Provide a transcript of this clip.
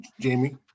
Jamie